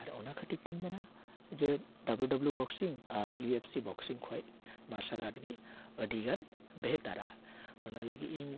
ᱟᱨ ᱚᱱᱟ ᱠᱷᱟᱹᱛᱤᱨ ᱛᱤᱧ ᱢᱮᱱᱟ ᱡᱮ ᱰᱟᱵᱞᱩ ᱰᱟᱵᱞᱩ ᱵᱚᱠᱥᱤᱝ ᱟᱨ ᱤᱭᱩ ᱮᱯᱷ ᱥᱤ ᱵᱚᱠᱥᱤᱝ ᱠᱷᱚᱡ ᱢᱟᱨᱥᱟᱞ ᱟᱨᱴᱥ ᱜᱮ ᱟᱹᱰᱤ ᱜᱟᱱ ᱵᱮᱦᱛᱟᱨᱟ ᱚᱱᱟ ᱞᱟᱹᱜᱤᱫ ᱤᱧ